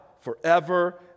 forever